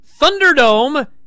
Thunderdome